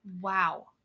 Wow